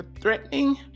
threatening